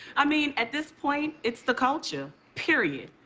i mean at this point, it's the culture period.